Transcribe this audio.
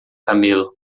camelo